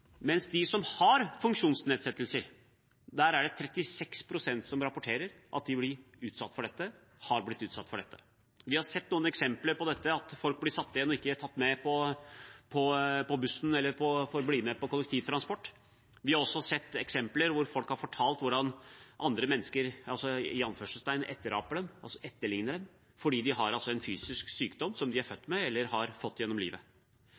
mens det blant dem som har funksjonsnedsettelser, er 36 pst. som rapporterer at de blir og har blitt utsatt for dette. Vi har sett noen eksempler på dette, i form av at folk blir satt igjen og ikke tatt med på bussen eller annen kollektivtransport. Vi har også sett eksempler på at folk har fortalt hvordan andre mennesker «etteraper» dem, altså etterligner dem, fordi de har en fysisk sykdom som de er født med eller har fått i løpet av livet.